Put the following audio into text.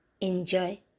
enjoy